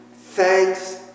Thanks